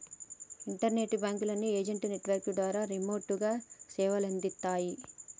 internet బాంకుల అన్ని agent network ద్వారా రిమోట్ గా సేవలందిత్తాయి